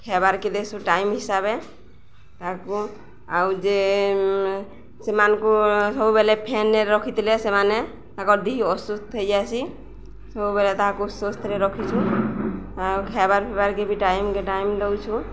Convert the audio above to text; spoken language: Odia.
ଖାଇବାକୁ ଦେଉଛୁ ଟାଇମ୍ ହିସାବବେ ତାକୁ ଆଉ ଯେ ସେମାନଙ୍କୁ ସବୁବେଳେ ଫ୍ୟାନରେ ରଖିଥିଲେ ସେମାନେ ତାଙ୍କର ଦେହ ଅସୁସ୍ଥ ହୋଇଯାଇଛି ସବୁବେଳେ ତାକୁ ସୁସ୍ଥରେ ରଖିଛୁ ଆଉ ଖାଇବାର ପିଇବାକୁ ଟାଇମ ଟାଇମ୍ରେ ଦେଉଛୁ